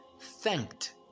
thanked